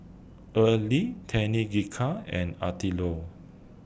Erle Tenika and Attilio